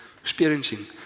Experiencing